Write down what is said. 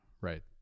right